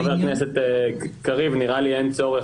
חבר הכנסת קריב, נראה לי שאין צורך.